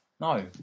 No